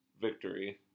victory